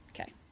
okay